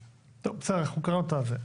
טוב, בסדר, אנחנו קראנו את זה.